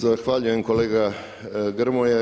Zahvaljujem kolega Grmoja.